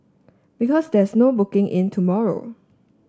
because there's no booking in tomorrow